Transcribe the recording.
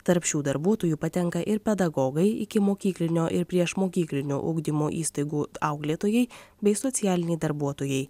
tarp šių darbuotojų patenka ir pedagogai ikimokyklinio ir priešmokyklinio ugdymo įstaigų auklėtojai bei socialiniai darbuotojai